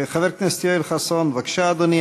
חבר הכנסת יואל חסון, בבקשה, אדוני.